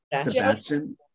Sebastian